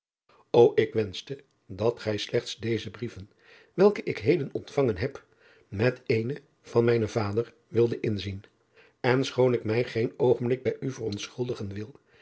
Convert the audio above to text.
k wenschte dat gij slechts deze brieven welke ik heden ontvangen heb met eenen van mijnen vader wilde inzien n schoon ik mij geen oogenblik bij u verontschuldigen wil